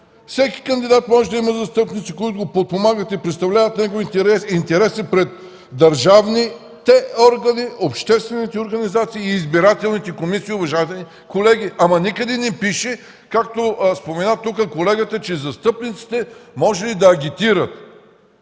всеки кандидат може да има застъпници, които го подпомагат и представляват неговите интереси пред държавните органи, обществените организации и избирателните комисии, уважаеми колеги! Но никъде не пише, както спомена тук колегата, че застъпниците можели да агитират.